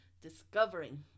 discovering